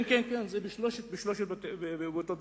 כן, זה באותו בית-משפט,